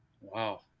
Wow